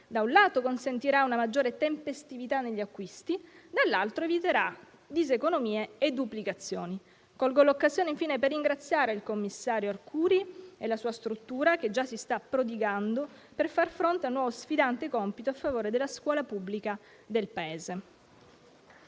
da un lato consentirà una maggiore tempestività negli acquisti, dall'altro eviterà diseconomie e duplicazioni. Colgo l'occasione, infine, per ringraziare il commissario Arcuri e la sua struttura che già si sta prodigando per far fronte a un nuovo, sfidante compito a favore della scuola pubblica del Paese.